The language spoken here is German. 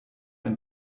ein